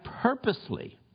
purposely